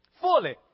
fully